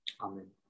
Amen